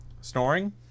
Snoring